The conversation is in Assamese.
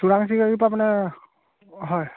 চোৰাং চিকাৰী পৰা মানে হয়